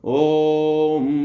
om